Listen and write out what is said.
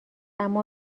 اما